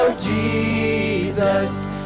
Jesus